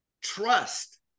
trust